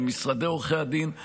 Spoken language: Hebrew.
על משרדי עורכי הדין,